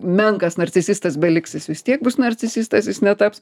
menkas narcisistas beliks jis vis tiek bus narcisistas jis netaps